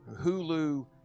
hulu